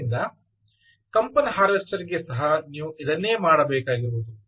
ಆದ್ದರಿಂದ ಕಂಪನ ಹಾರ್ವೆಸ್ಟರ್ ಗೆ ಸಹ ನೀವು ಇದನ್ನೇ ಮಾಡಬೇಕಾಗಿರುವುದು